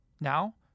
Now